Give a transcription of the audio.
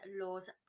law's